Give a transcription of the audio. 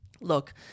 Look